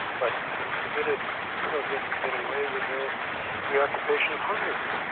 but it permitted the soviets to get away with their reoccupation of hungary.